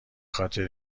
خاطر